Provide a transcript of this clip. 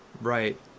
Right